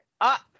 up